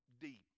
deep